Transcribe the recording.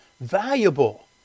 valuable